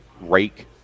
rake